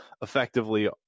effectively